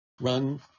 run